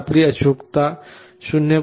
तर आपली अचूकता 0